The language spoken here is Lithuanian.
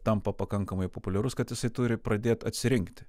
tampa pakankamai populiarus kad jisai turi pradėt atsirinkti